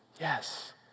Yes